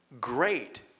great